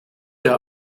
der